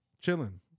chilling